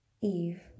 Eve